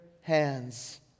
hands